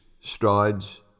strides